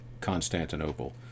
Constantinople